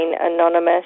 anonymous